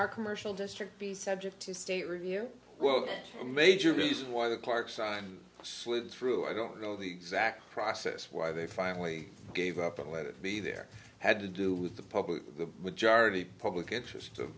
our commercial district be subject to state review well the major reason why the parkside slipped through i don't know the exact process why they finally gave up and let it be there had to do with the public the majority public interest of